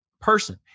person